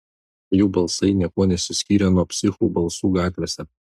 jų balsai niekuo nesiskyrė nuo psichų balsų gatvėse